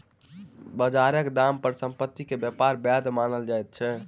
बजारक दाम पर संपत्ति के व्यापार वैध मानल जाइत अछि